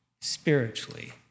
spiritually